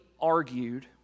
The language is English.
argued